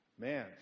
Man